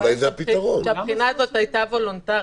הבעיה היא שהבחינה הזאת הייתה וולונטרית,